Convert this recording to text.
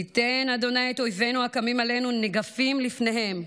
ייתן ה' את אויבינו הקמים עלינו ניגפים לפניהם.